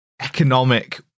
economic